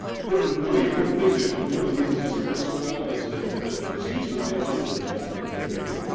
one of the important things is, one of the reasons this worked so well is that that the disease foundations were involved from the very beginning,